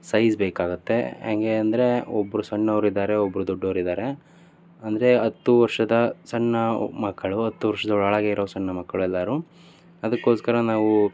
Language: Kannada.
ಸೈಝ್ ಬೇಕಾಗುತ್ತೆ ಹೆಂಗೆ ಅಂದರೆ ಒಬ್ಬರು ಸಣ್ಣವರಿದ್ದಾರೆ ಒಬ್ಬರು ದೊಡ್ಡವರಿದ್ದಾರೆ ಅಂದರೆ ಹತ್ತು ವರ್ಷದ ಸಣ್ಣ ಮಕ್ಕಳು ಹತ್ತು ವರ್ಷದ ಒಳಗೆ ಇರುವ ಸಣ್ಣ ಮಕ್ಕಳು ಎಲ್ಲರು ಅದಕ್ಕೋಸ್ಕರ ನಾವು